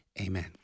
Amen